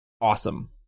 awesome